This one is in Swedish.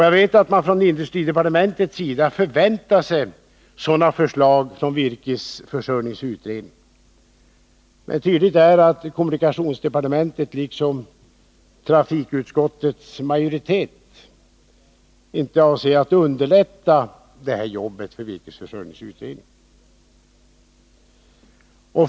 Jag vet att industridepartementet förväntar sig sådana förslag från virkesförsörjningsutredningen, men det är tydligt att kommunikationsdepartementet liksom trafikutskottets majoritet inte avser att underlätta arbetet för virkesförsörjningsutredningen.